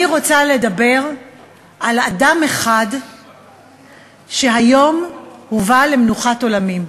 אני רוצה לדבר על אדם אחד שהיום הובא למנוחת עולמים.